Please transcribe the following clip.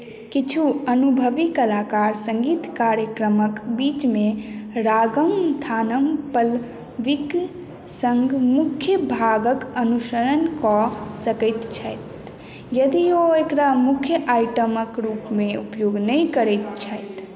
किछु अनुभवी कलाकार सङ्गीत कार्यक्रमक बीचमे रागम थानम पल्लवीक सङ्ग मुख्य भागक अनुसरण कऽ सकैत छथि यदि ओ एकरा मुख्य आइटमक रूपमे उपयोग नहि करैत छथि